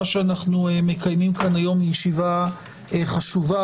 שאנחנו מקיימים כאן היום היא ישיבה חשובה.